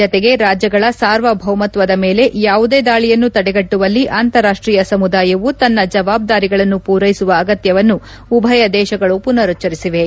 ಜತೆಗೆ ರಾಜ್ಯಗಳ ಸಾರ್ವಭೌಮತ್ತದ ಮೇಲೆ ಯಾವುದೇ ದಾಳಿಯನ್ನು ತಡೆಗಟ್ಟುವಲ್ಲಿ ಅಂತಾರಾಷ್ಷೀಯ ಸಮುದಾಯವು ತನ್ನ ಜವಾಬ್ಗಾರಿಗಳನ್ನು ಪೂರೈಸುವ ಅಗತ್ತವನ್ನು ಉಭಯ ದೇಶಗಳು ಪುನರುಚ್ಲರಿಸಿವೆ